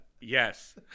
Yes